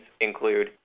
include